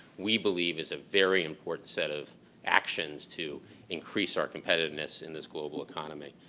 we believe as a very important set of actions to increase our competitiveness in this global economy.